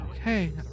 okay